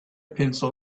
pencil